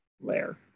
layer